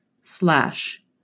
slash